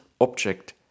object